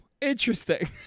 interesting